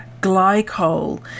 glycol